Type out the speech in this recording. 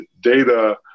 data